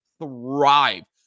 thrive